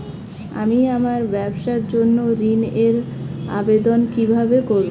আমি আমার ব্যবসার জন্য ঋণ এর আবেদন কিভাবে করব?